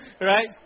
Right